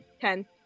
Ten